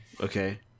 Okay